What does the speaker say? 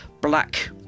black